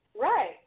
Right